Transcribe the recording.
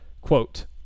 quote